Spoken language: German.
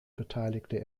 beteiligte